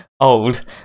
old